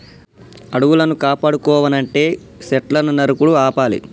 అడవులను కాపాడుకోవనంటే సెట్లును నరుకుడు ఆపాలి